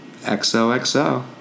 XOXO